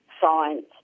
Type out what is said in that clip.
science